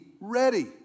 ready